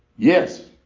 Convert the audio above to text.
yes,